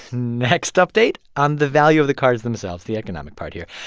next update um the value of the cards themselves, the economic part here.